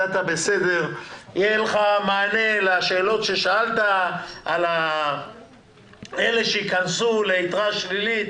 יהיה לך מענה לשאלות ששאלת על אלה שייכנסו ליתרה שלילית.